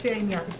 לפי העניין.